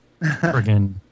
friggin